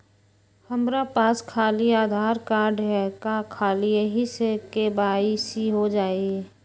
हमरा पास खाली आधार कार्ड है, का ख़ाली यही से के.वाई.सी हो जाइ?